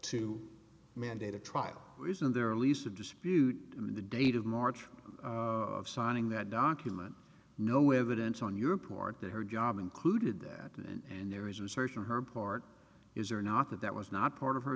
to mandate a trial isn't there a least a dispute in the date of march of signing that document no evidence on your report that her job included that and there is a search on her part is or not that that was not part of her